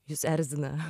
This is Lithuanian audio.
jus erzina